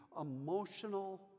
emotional